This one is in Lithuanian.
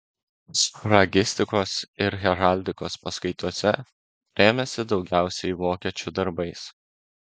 sfragistikos ir heraldikos paskaitose rėmėsi daugiausiai vokiečių darbais